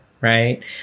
Right